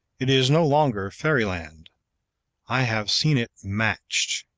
it is no longer fairyland i have seen it matched.